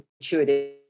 intuitive